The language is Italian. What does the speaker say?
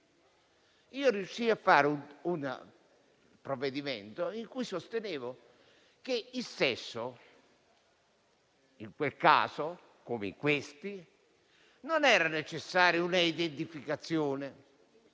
Riuscii a fare un provvedimento in cui sostenevo che per il sesso - in quel caso, come in questi - non era necessaria un'identificazione,